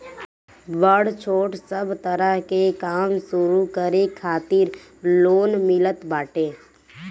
बड़ छोट सब तरह के काम शुरू करे खातिर लोन मिलत बाटे